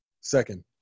Second